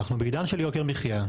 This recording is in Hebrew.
אנחנו בעידן של יוקר מחיה,